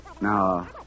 Now